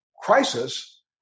crisis